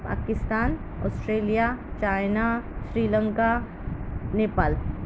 Pakistan Australia China Sri Lanka Nepal